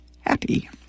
happy